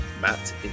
Matt